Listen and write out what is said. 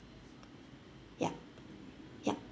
yup yup